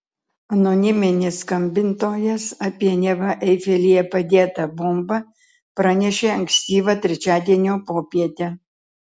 anoniminis skambintojas apie neva eifelyje padėtą bombą pranešė ankstyvą trečiadienio popietę